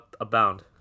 abound